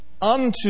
unto